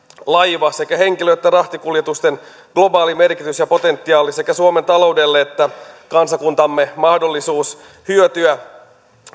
laivaliikenteen sekä henkilö että rahtikuljetusten globaali merkitys ja potentiaali suomen taloudelle sekä kansakuntamme mahdollisuus hyötyä